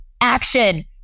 action